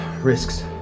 risks